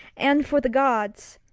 and for the gods.